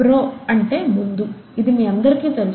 pro అంటే ముందు ఇది మీ అందరికి తెలుసు